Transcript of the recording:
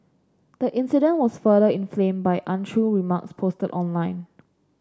the incident was further inflame by untrue remarks posted online